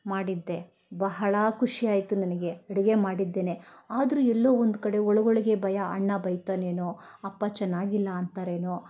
ಮಾಡಿದ್ದೆ ಬಹಳ ಖುಷಿಯಾಯ್ತು ನನಗೆ ಅಡುಗೆ ಮಾಡಿದ್ದೇನೆ ಆದರೂ ಎಲ್ಲೋ ಒಂದು ಕಡೆ ಒಳಗೊಳಗೆ ಭಯ ಅಣ್ಣ ಬೈತಾನೇನೋ ಅಪ್ಪ ಚೆನ್ನಾಗಿಲ್ಲ ಅಂತಾರೇನೋ